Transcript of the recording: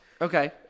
Okay